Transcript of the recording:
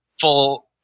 full